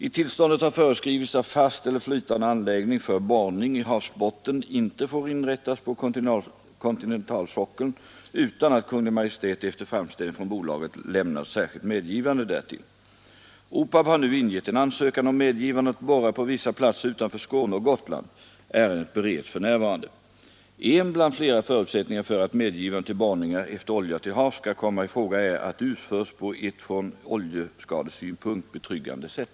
I tillståndet har föreskrivits att fast eller flytande anläggning för borrning i havsbotten inte får inrättas på kontinentalsockeln utan att Kungl. Maj:t efter framställning från bolaget lämnat särskilt medgivande därtill. OPAB har nu ingett en ansökan om medgivande att borra på vissa platser utanför Skåne och Gotland. Ärendet bereds för närvarande. En bland flera förutsättningar för att medgivande till borrningar efter olja till havs skall komma i fråga är att de utförs på ett från oljeskadesynpunkt betryggande sätt.